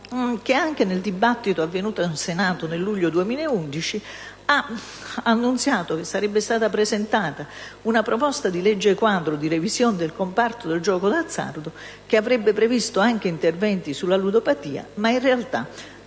che anche nel dibattito avvenuto in Senato nel giugno 2011 ha annunciato che sarebbe stata presentata una proposta di legge-quadro di revisione del comparto del gioco d'azzardo che avrebbe previsto anche interventi sulla ludopatia; in realtà,